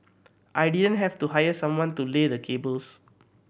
I didn't have to hire someone to lay the cables